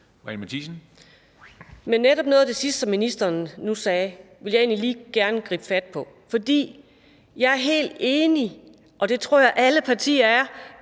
(V): Netop noget af det sidste, som ministeren nu sagde, vil jeg gerne lige gribe fat i. For jeg er helt enig i – og det tror jeg alle partier er